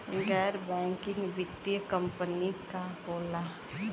गैर बैकिंग वित्तीय कंपनी का होला?